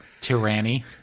Tyranny